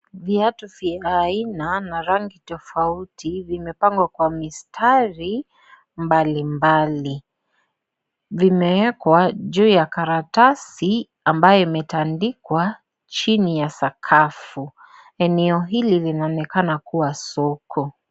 Viatu vya aina na rangi tofauti vimepangwa kwa mistari mbalimbali, vimeekwa juu ya karatasi ambayo imetandikwa chini ya sakafu, eneo hili linaonekana kuwa soko.